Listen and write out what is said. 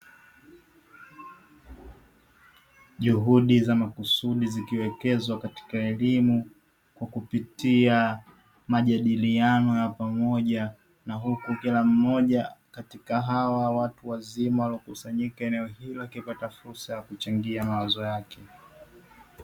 Juhudi za makusudi zikiwekezwa katika elimu, kwa kupitia majadiliano ya pamoja na huku kila mmoja katika hawa watu wazima waliokusanyika katika eneo hili, akipata fursa ya kuchangia mawazo yake.